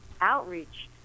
Outreach